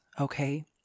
okay